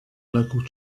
local